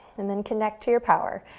and then connect to your power.